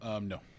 No